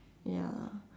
ya